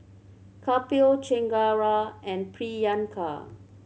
Kapil Chengara and Priyanka